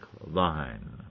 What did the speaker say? line